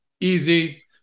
easy